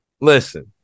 Listen